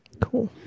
Cool